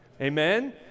Amen